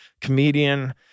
comedian